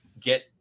get